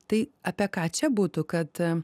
tai apie ką čia būtų kad